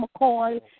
McCoy